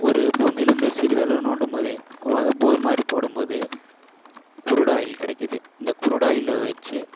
ஒரு பூமியிலேருந்து சிறிதளவு நோண்டும்போதே ஓ அது போர் மாதிரி போடும்போது குருடு ஆயில் கிடைக்கிது இந்த குருடு ஆயிலை வெச்சு